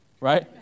right